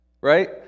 right